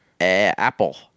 Apple